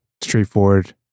straightforward